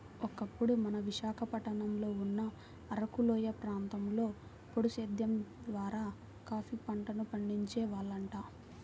ఒకప్పుడు మన విశాఖపట్నంలో ఉన్న అరకులోయ ప్రాంతంలో పోడు సేద్దెం ద్వారా కాపీ పంటను పండించే వాళ్లంట